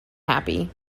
happy